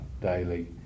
daily